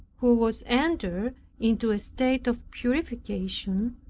who was entered into a state of purification,